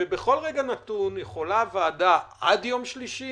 בכל רגע נתון יכולה הוועדה עד יום שלישי